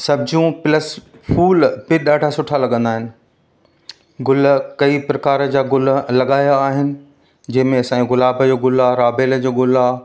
सब्जियूं प्लस फ़ूल बि ॾाढा सुठा लगंदा आहिनि गुल कई प्रकार जा गुल लॻाया आहिनि जंहिंमें असांजो गुलाब जो गुल आहे राबेल जो गुल आहे